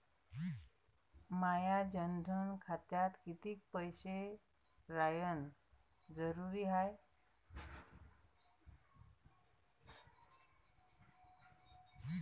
माया जनधन खात्यात कितीक पैसे रायन जरुरी हाय?